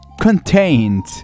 Contained